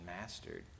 mastered